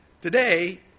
Today